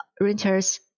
renters